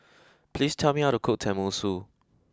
please tell me how to cook Tenmusu